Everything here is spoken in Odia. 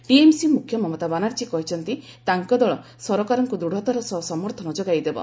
ଟିଏମ୍ସି ମୁଖ୍ୟ ମମତା ବାନାର୍ଜୀ କହିଛନ୍ତି ତାଙ୍କ ଦଳ ସରକାରଙ୍କୁ ଦୃଢ଼ତାର ସହ ସମର୍ଥନ ଯୋଗାଇ ଦେବ